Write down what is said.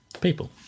People